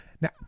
now